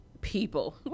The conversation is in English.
People